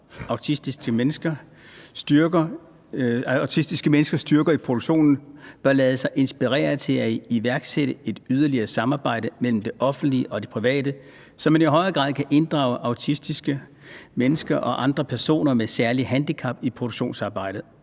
autisters styrker i produktionen, bør lade sig inspirere til at iværksætte et yderligere samarbejde mellem det offentlige og det private, så man i højere grad kan inddrage autister og andre personer med særlige handicap i produktionsarbejde,